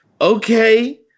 Okay